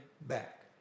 back